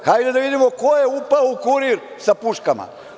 Hajde da vidimo ko je upao u „Kurir“ sa puškama?